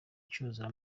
cyuzura